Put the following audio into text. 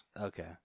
Okay